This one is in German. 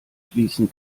fließen